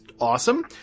awesome